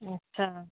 अच्छा